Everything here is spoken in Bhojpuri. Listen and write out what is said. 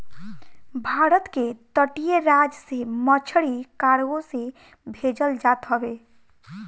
भारत के तटीय राज से मछरी कार्गो से भेजल जात हवे